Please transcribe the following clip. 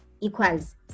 equals